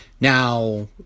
now